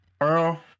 Earl